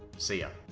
see yah.